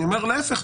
אני אומר להפך.